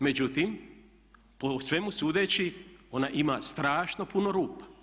Međutim, po svemu sudeći ona ima strašno puno rupa.